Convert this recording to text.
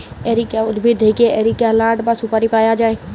areca উদ্ভিদ থেক্যে areca লাট বা সুপারি পায়া যায়